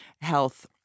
health